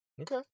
okay